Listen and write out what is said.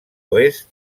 oest